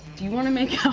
do you want to make